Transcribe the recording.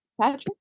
Patrick